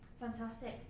Fantastic